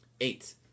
Eight